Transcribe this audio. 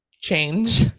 change